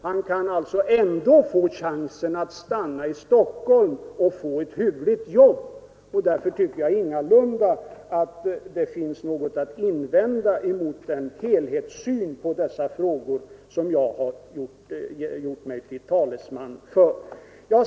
Han kan alltså ändå ha chansen att stanna i Stockholm och få ett hyggligt jobb. Därför tycker jag ingalunda att det finns något att invända mot den helhetssyn på dessa frågor som jag har gjort mig till talesman för.